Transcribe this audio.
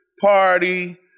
party